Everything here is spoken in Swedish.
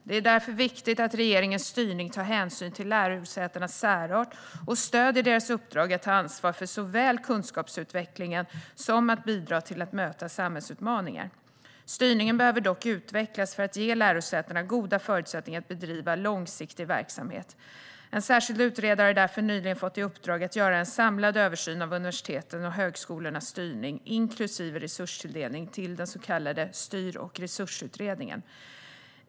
Det är därför viktigt att regeringens styrning tar hänsyn till lärosätenas särart och stöder deras uppdrag att ta ansvar för såväl kunskapsutvecklingen som för att bidra till att möta samhällsutmaningar. Styrningen behöver dock utvecklas för att ge lärosätena goda förutsättningar att bedriva långsiktig verksamhet. En särskild utredare har därför nyligen fått i uppdrag att göra en samlad översyn av universitetens och högskolornas styrning, inklusive resurstilldelning, den så kallade styr och resursutredningen.